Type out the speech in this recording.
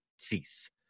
Cease